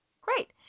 Great